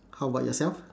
how about yourself